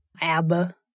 ABBA